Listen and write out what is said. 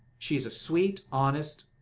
she is a sweet, honest,